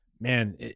Man